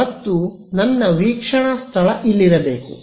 ಮತ್ತು ನನ್ನ ವೀಕ್ಷಣಾ ಸ್ಥಳ ಇಲ್ಲಿರಬೇಕು